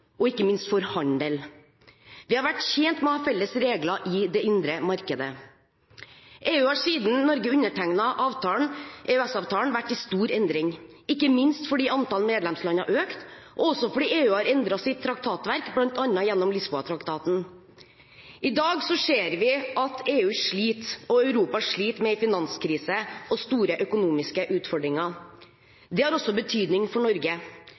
og ikke minst for handel. Vi har vært tjent med å ha felles regler i det indre markedet. EU har siden Norge undertegnet EØS-avtalen vært i stor endring, ikke minst fordi antall medlemsland har økt, og også fordi EU har endret sitt traktatverk, bl.a. gjennom Lisboa-traktaten. I dag ser vi at EU og Europa sliter med en finanskrise og store økonomiske utfordringer. Det har også betydning for Norge.